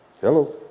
Hello